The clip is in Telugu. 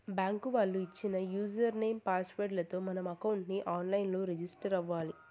బ్యాంకు వాళ్ళు ఇచ్చిన యూజర్ నేమ్, పాస్ వర్డ్ లతో మనం అకౌంట్ ని ఆన్ లైన్ లో రిజిస్టర్ అవ్వాలి